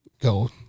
go